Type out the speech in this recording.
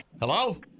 Hello